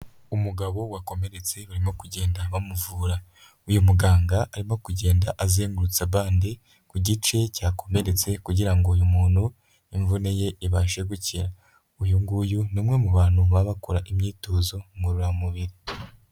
Umugabo wakomeretse barimo kugenda bamuvura, uyu muganga arimo kugenda azengurutsa bande ku gice cyakomeretse kugira ngo uyu muntu imvune ye ibashe gukira. Uyu nguyu ni umwe mu bantu baba bakora imyitozo ngororamubiri.